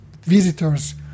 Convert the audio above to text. visitors